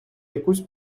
якусь